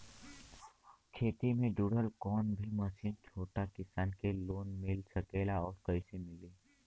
खेती से जुड़ल कौन भी मशीन छोटा किसान के लोन मिल सकेला और कइसे मिली?